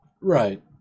Right